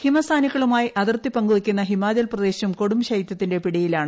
ഹിമസാനുക്കളുമായി അതിർത്തി പങ്കുവയ്ക്കുന്ന ഹിമാചൽപ്രദേശും കൊടും ശൈത്യത്തിന്റെ പിടിയിലാണ്